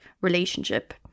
relationship